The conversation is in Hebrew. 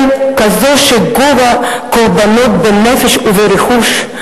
כזו שגובה קורבנות בנפש וברכוש,